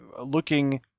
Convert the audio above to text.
looking